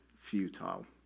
futile